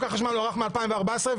הוארך ב-2014,